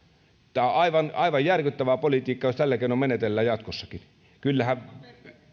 tämä on aivan aivan järkyttävää politiikkaa jos tällä keinoin menetellään jatkossakin kyllähän